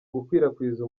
gukwirakwiza